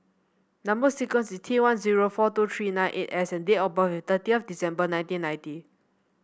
number sequence is T one zero four two three nine eight S and date of birth is thirty of December nineteen ninety